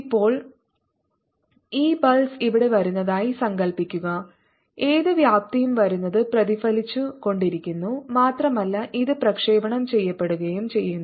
ഇപ്പോൾ ഈ പൾസ് ഇവിടെ വരുന്നതായി സങ്കൽപ്പിക്കുക ഏത് വ്യാപ്തിയും വരുന്നത് പ്രതിഫലിച്ചു കൊണ്ടിരിക്കുന്നു മാത്രമല്ല ഇത് പ്രക്ഷേപണം ചെയ്യപ്പെടുകയും ചെയ്യുന്നു